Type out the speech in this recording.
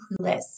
clueless